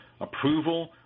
approval